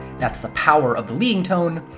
that's the power of the leading tone,